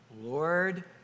Lord